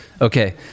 Okay